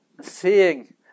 seeing